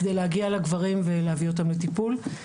כדי להגיע לגברים ולהביא אותם לטיפול.